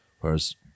Whereas